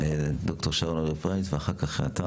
ד"ר שרון אלרעי פרייס, בבקשה.